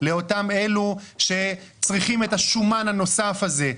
לאותם אלו שצריכים את השומן הנוסף הזה,